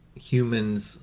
humans